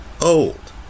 old